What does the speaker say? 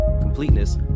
completeness